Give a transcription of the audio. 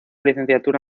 licenciatura